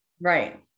Right